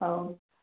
ହଉ